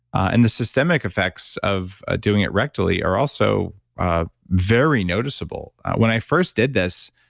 and the systemic effects of doing it rectally are also very noticeable when i first did this,